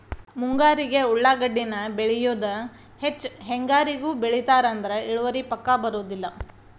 ಮುಂಗಾರಿಗೆ ಉಳಾಗಡ್ಡಿನ ಬೆಳಿಯುದ ಹೆಚ್ಚ ಹೆಂಗಾರಿಗೂ ಬೆಳಿತಾರ ಆದ್ರ ಇಳುವರಿ ಪಕ್ಕಾ ಬರುದಿಲ್ಲ